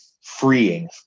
freeing